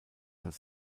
als